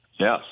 Yes